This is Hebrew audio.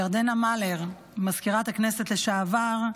ירדנה מלר, מזכירת הכנסת לשעבר,